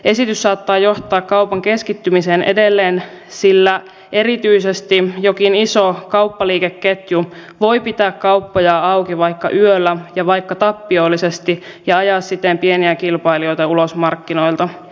esitys saattaa johtaa kaupan keskittymiseen edelleen sillä erityisesti jokin iso kauppaliikeketju voi pitää kauppoja auki vaikka yöllä ja vaikka tappiollisesti ja ajaa siten pieniä kilpailijoita ulos markkinoilta